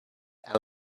and